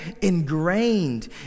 ingrained